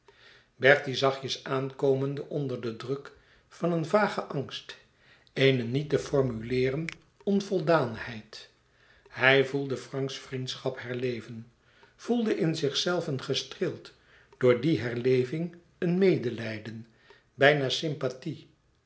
bertie zachtjes aan komende onder den druk van een vagen angst eene niet te formuleeren onvoldaanheid hij voelde franks vriendschap herleven voelde in zichzelven gestreeld door die herleving een medelijden bijna sympathie